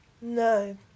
No